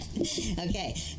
Okay